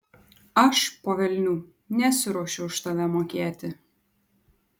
aš po velnių nesiruošiu už tave mokėti